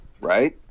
right